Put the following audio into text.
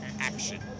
action